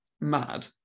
mad